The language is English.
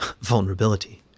vulnerability